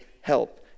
help